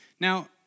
Now